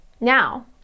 Now